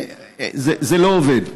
זה לא עובד.